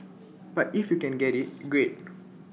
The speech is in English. but if you can get IT great